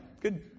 Good